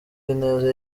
ineza